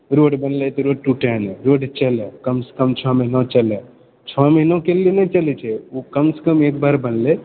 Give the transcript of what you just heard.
road बनलै तऽ road टूटए नहि रोड चलए कमसँ कम छओ महिना चलए छओ महीनोके लिए नहि चलै छै ओ कमसँ कम एकबार बनलै